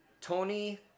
Tony